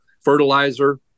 fertilizer